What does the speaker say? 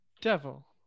devil